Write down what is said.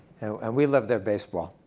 and we love their baseball.